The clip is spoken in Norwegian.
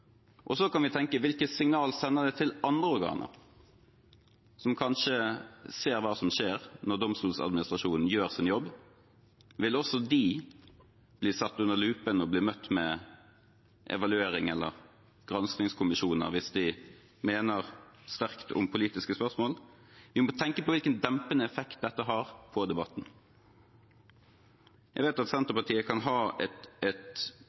Så kan vi tenke: Hvilket signal sender det til andre organer, som kanskje ser hva som skjer når Domstoladministrasjonen gjør sin jobb? Vil også de bli satt under lupen og bli møtt med evaluering eller granskingskommisjoner hvis de mener sterkt om politiske spørsmål? Vi må tenke på hvilken dempende effekt dette har på debatten. Jeg vet at Senterpartiet kan ha et